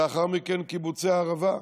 לאחר מכן קיבוצי הערבה,